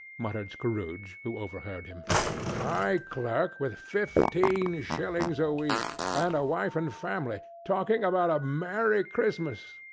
muttered scrooge who overheard him my clerk, with fifteen shillings a week, and a wife and family, talking about a merry christmas.